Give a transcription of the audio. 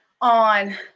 on